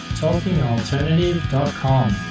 talkingalternative.com